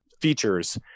features